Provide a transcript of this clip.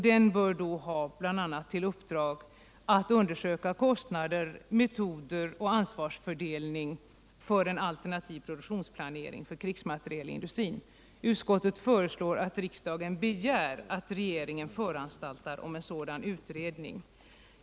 Den bör bl.a. ha till uppdrag att undersöka kostnader, metoder och ansvarsfördelning vid planering för alternativ produktion inom krigsmaterielindustrin. Utskottet föreslår att riksdagen begär att regeringen föranstaltar om en sådan utredning.